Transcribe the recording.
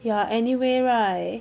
ya anyway right